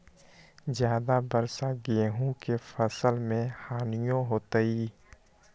ज्यादा वर्षा गेंहू के फसल मे हानियों होतेई?